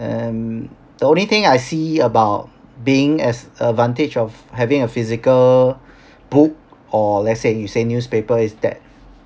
um the only thing I see about being as advantage of having a physical book or let's say you say newspaper is that